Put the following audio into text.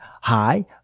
Hi